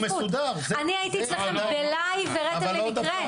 הוא מסודר זה -- אני הייתי אצלכם ב -LIVE היראתם לי מקרה,